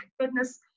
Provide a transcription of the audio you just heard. goodness